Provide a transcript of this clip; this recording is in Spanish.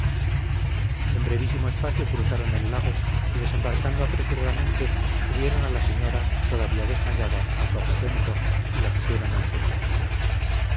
en brevísimo espacio cruzaron el lago y desembarcando apresuradamente subieron a la señora todavía desmayada a su aposento y la pusieron en su lecho